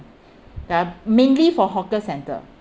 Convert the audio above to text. uh mainly for hawker centre